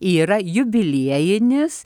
yra jubiliejinis